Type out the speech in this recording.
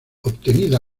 obtenida